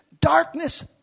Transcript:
darkness